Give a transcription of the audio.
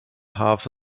half